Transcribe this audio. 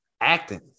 acting